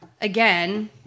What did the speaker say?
again